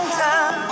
time